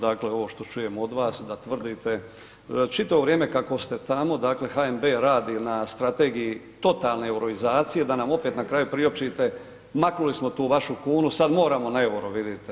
Dakle ovo što čujem od vas da tvrdite, čitavo vrijeme kako ste tamo dakle HNB radi na strategiji totalne euroizacije da nam opet na kraju priopćite maknuli smo tu vašu kunu sad moramo na EUR-o vidite.